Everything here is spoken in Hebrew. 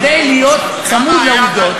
כדי להיות צמוד לעובדות,